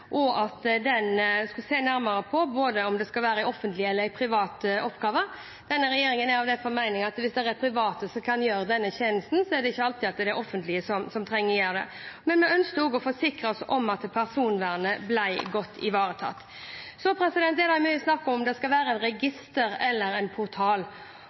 er av den formening at hvis det er private som kan gjøre en tjeneste, trenger ikke alltid det offentlige å gjøre det. Vi ønsket også å forsikre oss om at personvernet blir godt ivaretatt. Det er mye snakk om hvorvidt det skal være et register eller en portal.